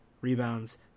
rebounds